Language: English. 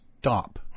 stop